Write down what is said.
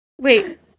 Wait